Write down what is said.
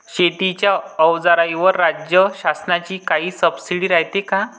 शेतीच्या अवजाराईवर राज्य शासनाची काई सबसीडी रायते का?